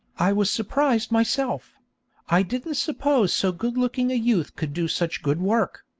i was surprised myself i didn't suppose so good-looking a youth could do such good work.